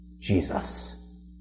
Jesus